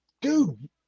Dude